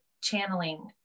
channeling